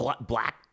black